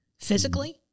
physically